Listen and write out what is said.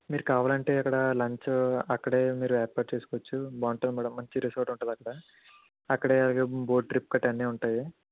మీకు కావాలంటే అక్కడ లంచ్ అక్కడే మీరు ఏర్పాటు చేసుకోవచ్చు బాగుంటుంది మేడం మంచి రిసార్ట్ ఉంటుంది అక్కడ అక్కడే బోటు ట్రిప్ గట్ర అన్ని ఉంటాయి